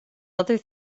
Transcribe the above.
other